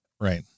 right